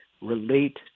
relate